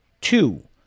two